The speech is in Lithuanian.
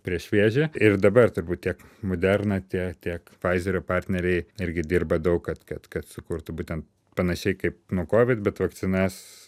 prieš vėžį ir dabar turbūt tiek moderna tiek tiek pfaizerio partneriai irgi dirba daug kad kad kad sukurtų būtent panašiai kaip nuo kovid bet vakcinas